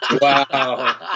Wow